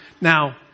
Now